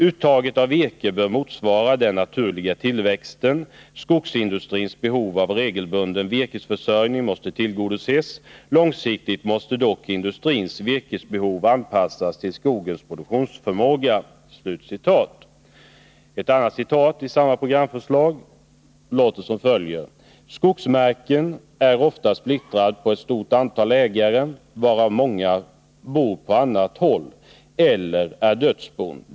Uttaget av virke bör motsvara den naturliga tillväxten. Skogsindustrins behov av regelbunden virkesförsörjning måste tillgodoses. Långsiktigt måste dock industrins virkesbehov anpassas till skogens produktionsförmåga.” Ett annat citat ur samma programförslag lyder som följer: ”Skogsmarken är ofta splittrad på ett stort antal ägare, varav många bor på annat håll eller är dödsbon.